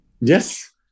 Yes